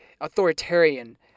authoritarian